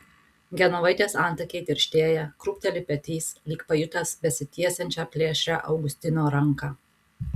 genovaitės antakiai tirštėja krūpteli petys lyg pajutęs besitiesiančią plėšrią augustino ranką